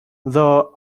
though